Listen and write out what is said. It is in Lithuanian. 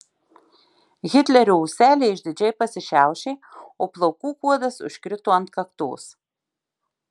hitlerio ūseliai išdidžiai pasišiaušė o plaukų kuodas užkrito ant kaktos